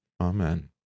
Amen